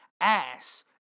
ass